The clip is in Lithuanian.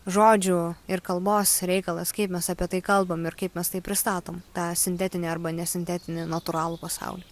žodžių ir kalbos reikalas kaip mes apie tai kalbam ir kaip mes tai pristatom tą sintetinį arba ne sintetinį natūralų pasaulį